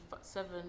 seven